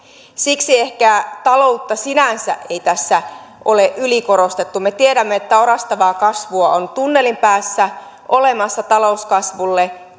siksi ehkä taloutta sinänsä ei tässä ole ylikorostettu me tiedämme että orastavaa kasvua tunnelin päässä on olemassa talouskasvulle